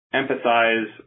emphasize